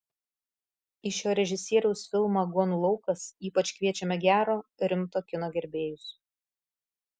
į šio režisieriaus filmą aguonų laukas ypač kviečiame gero rimto kino gerbėjus